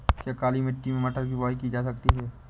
क्या काली मिट्टी में मटर की बुआई की जा सकती है?